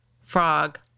Frog